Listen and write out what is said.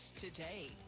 today